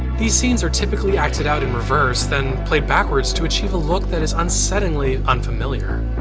these scenes are typically acted out in reverse then played backwards to achieve a look that is unsettlingly unfamiliar.